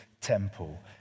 temple